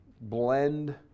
blend